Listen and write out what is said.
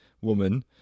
woman